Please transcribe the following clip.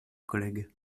collègues